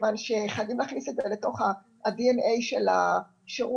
מכיוון שחייבים להכניס את זה לדנ"א של השירות.